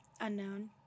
Unknown